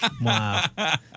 Wow